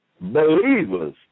Believers